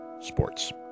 sports